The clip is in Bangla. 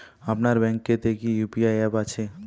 আপনার ব্যাঙ্ক এ তে কি ইউ.পি.আই অ্যাপ আছে?